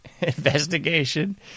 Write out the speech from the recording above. investigation